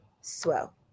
swell